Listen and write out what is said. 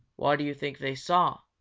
what do you think they saw?